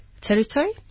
Territory